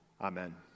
Amen